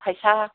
फैसा